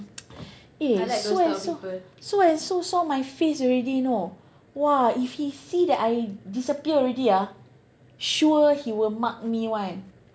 eh so and so so and so saw my face already know !wah! if he see that I disappear already ah sure he will mark me [one]